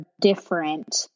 different